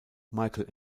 michael